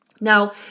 Now